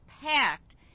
packed